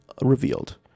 revealed